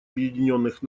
объединенных